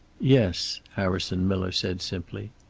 yes, harrison miller said simply.